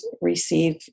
receive